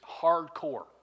hardcore